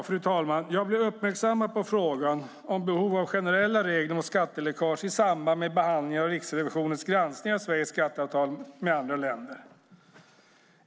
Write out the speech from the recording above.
Fru talman! Jag blev uppmärksammad på frågan om behov av generella regler mot skatteläckage i samband med behandlingen av Riksrevisionens granskning av Sveriges skatteavtal med andra länder.